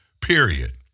period